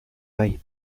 bai